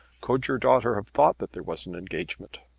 could your daughter have thought that there was an engagement.